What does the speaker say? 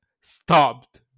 stopped